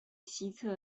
西侧